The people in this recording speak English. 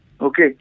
Okay